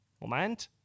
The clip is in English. Moment